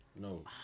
No